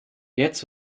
jetzt